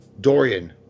Dorian